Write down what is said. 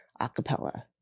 acapella